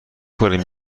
کنید